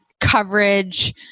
coverage